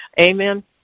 Amen